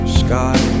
sky